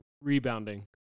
rebounding